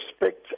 respect